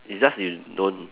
is just you don't